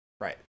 Right